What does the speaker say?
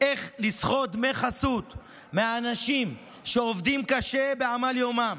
איך לסחוט דמי חסות מאנשים שעובדים קשה בעמל יומם,